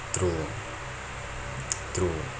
true true